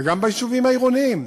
וגם ביישובים העירוניים,